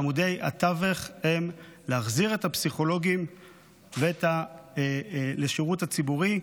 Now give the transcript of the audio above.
ועמודי התווך הם להחזיר את הפסיכולוגים לשירות הציבורי.